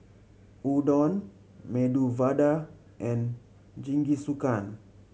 Udon Medu Vada and Jingisukan